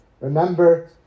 Remember